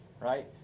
right